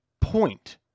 point